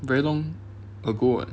very long ago [what]